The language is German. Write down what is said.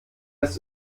ist